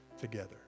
together